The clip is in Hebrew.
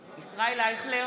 אייכלר,